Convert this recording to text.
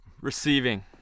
Receiving